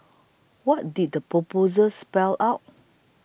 what did the proposal spell out